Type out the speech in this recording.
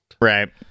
Right